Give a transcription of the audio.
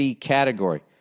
category